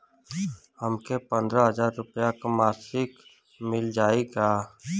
हमके पन्द्रह हजार रूपया क मासिक मिल जाई का?